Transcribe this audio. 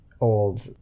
old